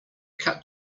cut